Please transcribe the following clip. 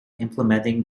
implementing